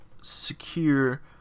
secure